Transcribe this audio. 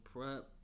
Prep